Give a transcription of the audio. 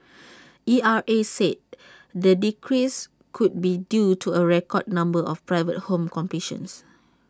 E R A said the decrease could be due to A record number of private home completions